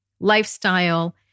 lifestyle